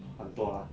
很多 lah